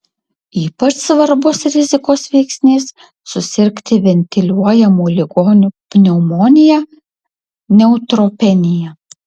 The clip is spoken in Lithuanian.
ypač svarbus rizikos veiksnys susirgti ventiliuojamų ligonių pneumonija neutropenija